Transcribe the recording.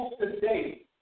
today